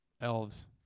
Elves